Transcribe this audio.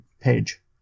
page